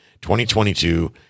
2022